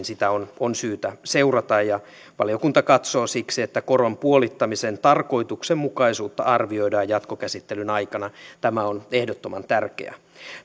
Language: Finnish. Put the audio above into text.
sitä on on syytä seurata valiokunta katsoo siksi että koron puolittamisen tarkoituksenmukaisuutta arvioidaan jatkokäsittelyn aikana tämä on ehdottoman tärkeää